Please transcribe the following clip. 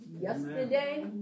yesterday